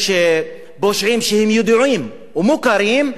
יש פושעים שידועים ומוכרים,